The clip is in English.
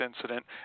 incident